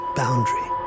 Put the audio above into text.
boundary